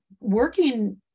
working